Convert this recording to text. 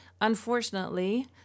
Unfortunately